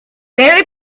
terry